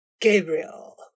Gabriel